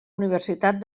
universitat